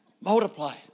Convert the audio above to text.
Multiply